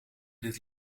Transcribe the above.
dit